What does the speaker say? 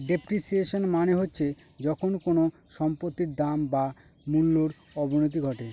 depreciation মানে হচ্ছে যখন কোনো সম্পত্তির দাম বা মূল্যর অবনতি ঘটে